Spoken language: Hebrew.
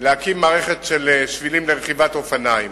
להקים מערכת של שבילים לרכיבת אופניים.